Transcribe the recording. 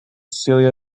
celia